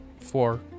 four